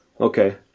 Okay